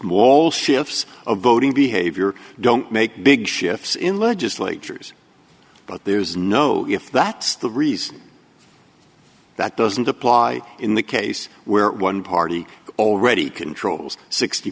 wall shifts of voting behavior don't make big shifts in legislatures but there's no if that's the reason that doesn't apply in the case where one party already controls sixty